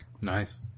Nice